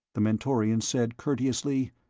the mentorian said courteously,